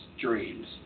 dreams